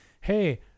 hey